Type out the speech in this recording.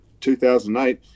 2008